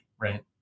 right